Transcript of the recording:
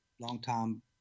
longtime